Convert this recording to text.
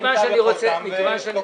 טוב.